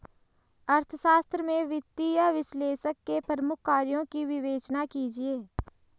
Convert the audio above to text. अर्थशास्त्र में वित्तीय विश्लेषक के प्रमुख कार्यों की विवेचना कीजिए